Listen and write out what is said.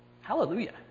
Hallelujah